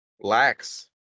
Lacks